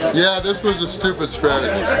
yeah this was a stupid strategy,